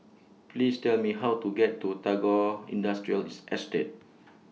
Please Tell Me How to get to Tagore Industrials Estate